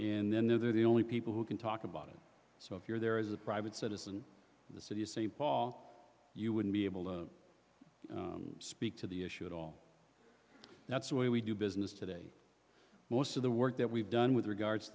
in the other the only people who can talk about it so if you're there as a private citizen in the city of st paul you wouldn't be able to speak to the issue at all that's the way we do business today most of the work that we've done with regards